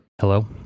Hello